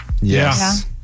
Yes